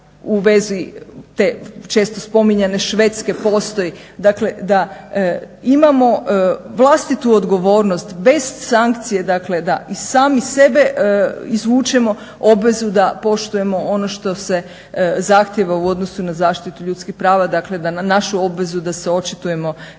u vezi te često spominjane Švedske postoji, dakle da imamo vlastitu odgovornost bez sankcije dakle da iz samih sebe izvučemo obvezu da poštujemo ono što se zahtjeva u odnosu na zaštitu ljudskih prava dakle da na našu obvezu da se očitujemo